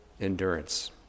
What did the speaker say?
endurance